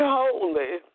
holy